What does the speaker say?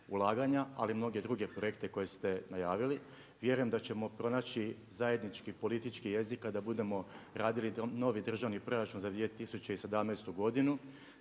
ulaganja ali i mnoge druge projekte koje ste najavili. Vjerujem da ćemo pronaći zajednički politički jezik kada budemo radili novi državni proračun za 2017. godinu,